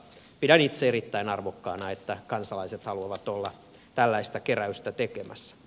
pidän itse erittäin arvokkaana että kansalaiset haluavat olla tällaista keräystä tekemässä